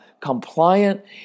compliant